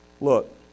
look